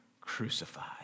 crucified